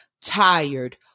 tired